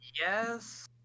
Yes